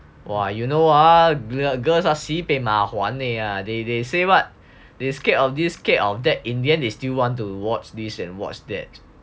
!wah! you know ah the girls ah si bei ma huan ah they they say what they scared of this scared of that in the end they still want to watch this and watch that